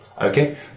Okay